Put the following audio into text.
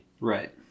Right